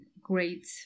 great